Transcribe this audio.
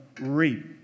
reap